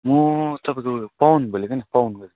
म तपाईँको पवन बोलेको नि पवन